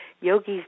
yogis